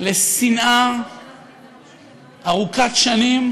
לשנאה ארוכת שנים